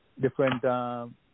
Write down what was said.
different